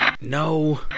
No